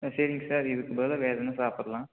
ம் சரிங்க சார் இதுக்கு பதிலாக வேறு என்ன சாப்பிடலாம்